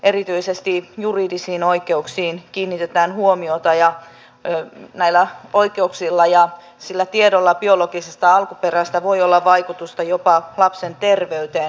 erityisesti juridisiin oikeuksiin kiinnitetään huomiota ja näillä oikeuksilla ja tiedolla biologisesta alkuperästä voi olla vaikutusta jopa lapsen terveyteen